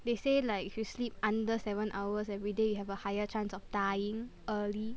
they say like if you sleep under seven hours everyday you have a higher chance of dying early